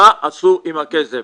מה עשו עם הכסף,